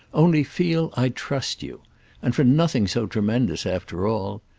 only feel i trust you and for nothing so tremendous after all.